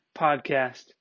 Podcast